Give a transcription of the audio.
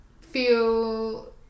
feel